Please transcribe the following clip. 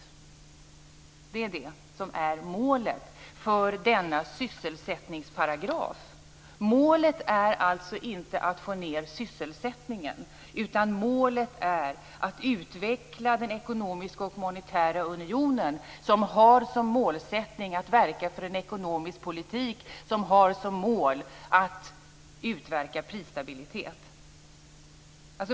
Detta är målet för denna sysselsättningsparagraf. Målet är alltså inte att få ned arbetslösheten, utan målet är att utveckla den ekonomiska och monetära unionen som har som målsättning att verka för en ekonomisk politik som har som mål att upprätta prisstabilitet.